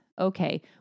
Okay